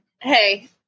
Hey